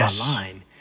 online